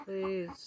Please